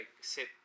sit